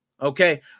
okay